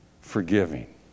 forgiving